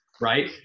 Right